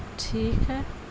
ٹھیک ہے